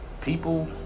people